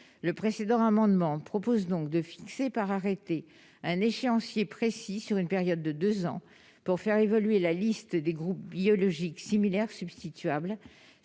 Le présent amendement vise donc à fixer par arrêté un échéancier précis, sur une période de deux ans, pour faire évoluer la liste des groupes biologiques similaires substituables,